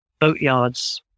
boatyards